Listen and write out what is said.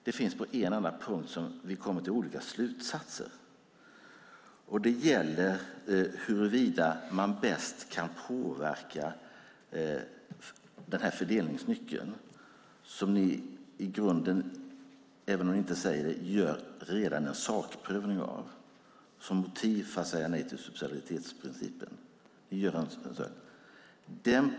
Det finns en enda punkt där vi kommer till olika slutsatser, och det gäller huruvida man bäst kan påverka den här fördelningsnyckeln som ni i grunden, även om ni inte säger det, redan gör en sakprövning av som motiv för att säga nej till subsidiaritetsprincipen.